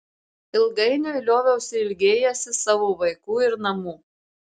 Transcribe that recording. ilgainiui lioviausi ilgėjęsis savo vaikų ir namų